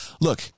look